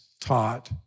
taught